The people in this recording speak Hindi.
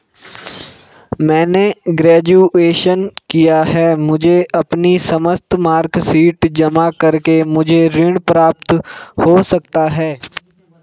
मैंने ग्रेजुएशन किया है मुझे अपनी समस्त मार्कशीट जमा करके मुझे ऋण प्राप्त हो सकता है?